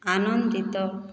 ଆନନ୍ଦିତ